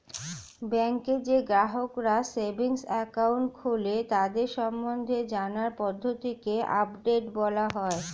ব্যাংকে যেই গ্রাহকরা সেভিংস একাউন্ট খোলে তাদের সম্বন্ধে জানার পদ্ধতিকে আপডেট বলা হয়